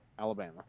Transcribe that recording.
Alabama